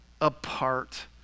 apart